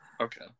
Okay